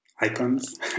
icons